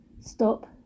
stop